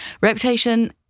reputation